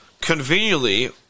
conveniently